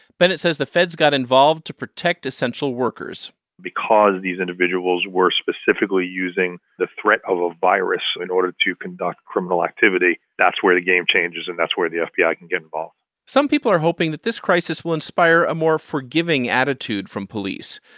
bennett says the feds got involved to protect essential workers because these individuals were specifically using the threat of a virus in order to conduct criminal activity, that's where the game changes, and that's where the fbi can get involved some people are hoping that this crisis will inspire a more forgiving attitude from police.